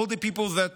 all the people that